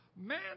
Man